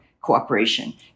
cooperation